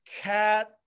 cat